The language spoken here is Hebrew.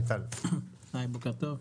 בוקר טוב.